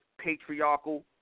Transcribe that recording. patriarchal